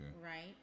Right